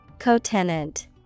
Co-tenant